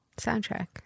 soundtrack